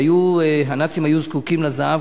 כך שהנאצים היו זקוקים לזהב,